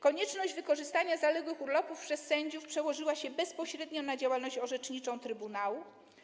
Konieczność wykorzystania zaległych urlopów przez sędziów przełożyła się bezpośrednio na działalność orzeczniczą trybunału.